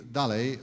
dalej